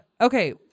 Okay